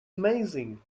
amazing